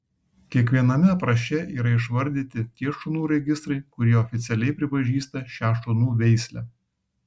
kiekviename apraše yra išvardyti tie šunų registrai kurie oficialiai pripažįsta šią šunų veislę